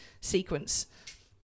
sequence